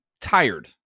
tired